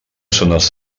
zones